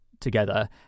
together